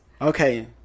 Okay